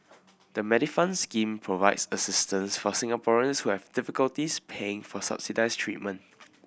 the Medifund scheme provides assistance for Singaporeans who have difficulties paying for subsidized treatment